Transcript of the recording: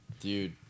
Dude